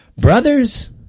brothers